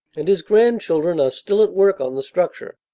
and his grandchildren are still at work on the structure.